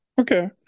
Okay